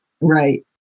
Right